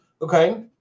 Okay